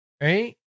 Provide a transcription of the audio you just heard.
right